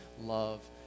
love